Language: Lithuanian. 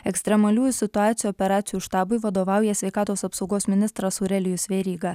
ekstremaliųjų situacijų operacijų štabui vadovauja sveikatos apsaugos ministras aurelijus veryga